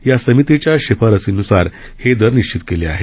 या समितीच्या शिफारशीनुसार हे दर निश्चित केले आहेत